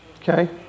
Okay